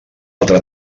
altra